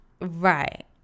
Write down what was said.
right